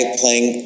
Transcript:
playing